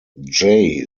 jay